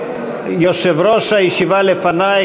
יושב-ראש הישיבה לפני,